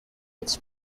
its